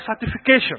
certification